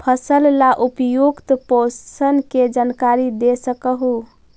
फसल ला उपयुक्त पोषण के जानकारी दे सक हु?